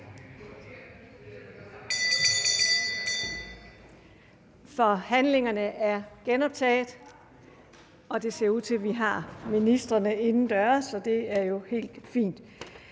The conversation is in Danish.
Forhandlingerne er genoptaget. Det ser ud til, at vi har ministrene indendøre, så det er jo helt fint.